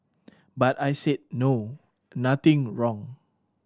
but I said no nothing wrong